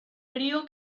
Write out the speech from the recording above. brío